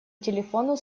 телефону